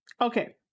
Okay